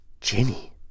Jenny